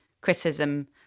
criticism